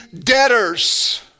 debtors